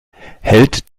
hält